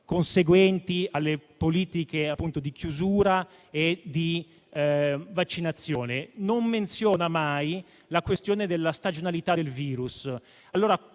conseguenti alle politiche di chiusura e di vaccinazione. Non menziona mai la questione della stagionalità del virus.